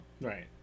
right